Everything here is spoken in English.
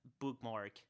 bookmark